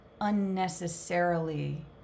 unnecessarily